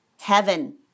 Heaven